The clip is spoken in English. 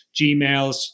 Gmails